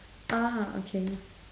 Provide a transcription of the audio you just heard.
ah okay